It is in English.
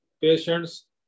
patients